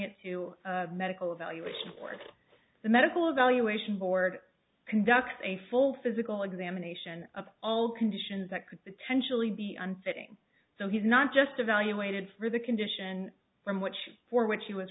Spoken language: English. it to medical evaluation board the medical evaluation board conducts a full physical examination of all conditions that could potentially be unfitting so he's not just evaluated for the condition from which for which he was